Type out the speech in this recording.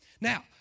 Now